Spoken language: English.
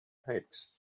cakes